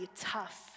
tough